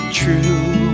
true